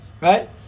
Right